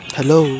Hello